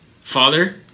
Father